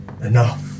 Enough